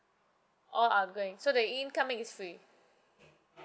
all outgoing so the in~ incoming is free